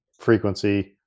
frequency